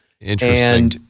Interesting